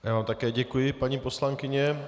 Já vám také děkuji, paní poslankyně.